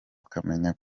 akamenya